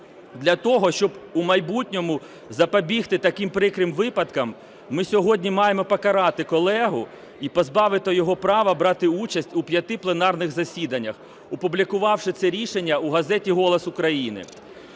Для того щоб у майбутньому запобігти таким прикрим випадкам, ми сьогодні маємо покарати колегу і позбавити його права брати участь у п'яти пленарних засіданнях, опублікувавши це рішення в газеті "Голос України".